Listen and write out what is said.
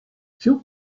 few